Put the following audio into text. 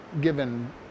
given